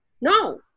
No